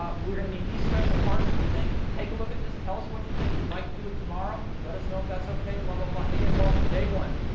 ah we're going to need these special parts in that thing. take a look at this. tell us what you think. we'd like to do it tomorrow. let us know if that's ok, blah, blah, blah. they get involved from day one.